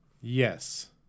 Yes